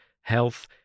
health